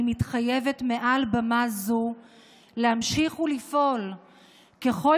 אני מתחייבת מעל במה זו להמשיך ולפעול ככל